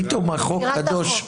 פתאום החוק קדוש.